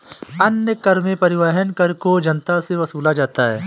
अन्य कर में परिवहन कर को जनता से वसूला जाता है